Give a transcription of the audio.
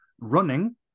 running